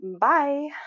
Bye